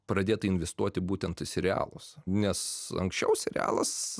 pradėta investuoti būtent į serialus nes anksčiau serialas